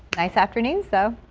ice afternoons though